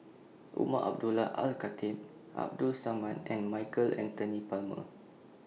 Umar Abdullah Al Khatib Abdul Samad and Michael Anthony Palmer